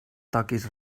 toquis